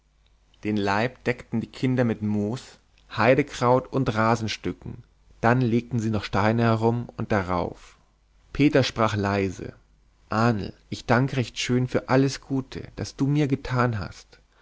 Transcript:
den leib deckten die kinder mit moos heidekraut und rasenstücken dann legten sie noch steine herum und darauf peter sprach leise ahnl ich dank recht schön für alles gute das du mir getan hast